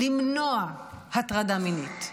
למנוע הטרדה מינית,